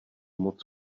moc